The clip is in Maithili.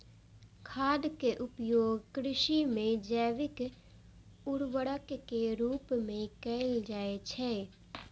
खादक उपयोग कृषि मे जैविक उर्वरक के रूप मे कैल जाइ छै